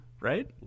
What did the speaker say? right